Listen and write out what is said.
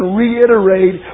reiterate